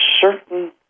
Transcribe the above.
certain